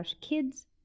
kids